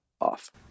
off